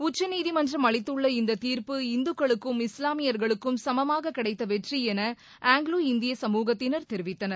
உச்சநீதிமன்றம் அளித்துள்ள இந்த தீர்ப்பு இந்துக்களுக்கும் இஸ்லாமியர்களுக்கும் சமமாக கிடைத்த வெற்றி என ஆங்கிலோ இந்திய சமூகத்தினர் தெரிவித்தனர்